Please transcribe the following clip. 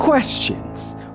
Questions